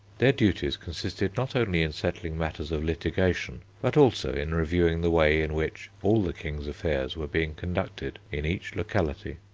their duties consisted not only in settling matters of litigation, but also in reviewing the way in which all the king's affairs were being conducted in each locality.